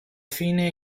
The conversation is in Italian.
fine